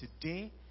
today